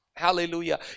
hallelujah